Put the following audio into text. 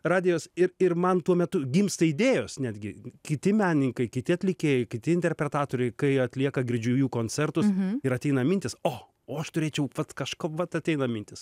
radijos ir ir man tuo metu gimsta idėjos netgi kiti menininkai kiti atlikėjai kiti interpretatoriai kai atlieka girdžiu jų koncertus ir ateina mintys o o aš turėčiau vat kažko vat ateina mintys